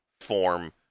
form